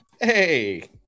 Hey